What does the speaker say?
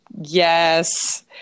Yes